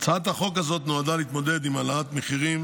הצעת החוק הזאת נועדה להתמודד עם העלאת מחירים